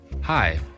Hi